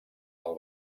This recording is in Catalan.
del